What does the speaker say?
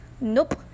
nope